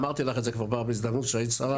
אמרתי לך את זה גם בעבר בהזדמנות שהיית שרה,